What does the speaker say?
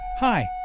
Hi